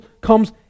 comes